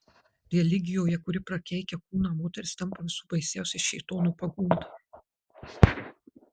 religijoje kuri prakeikia kūną moteris tampa visų baisiausia šėtono pagunda